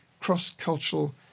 cross-cultural